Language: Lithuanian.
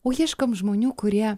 o ieškom žmonių kurie